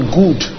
good